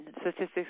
Statistics